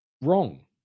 wrong